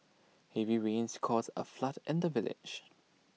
heavy rains caused A flood in the village